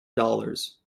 dollars